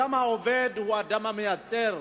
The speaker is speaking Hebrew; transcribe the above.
האדם העובד הוא האדם המייצר